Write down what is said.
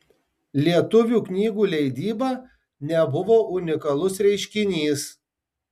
lietuvių knygų leidyba nebuvo unikalus reiškinys